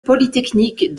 polytechnique